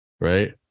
Right